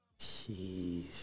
Jeez